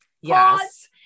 Yes